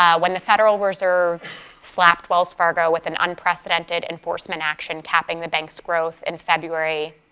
um when the federal reserve slapped wells fargo with an unprecedented enforcement action capping the bank's growth in february.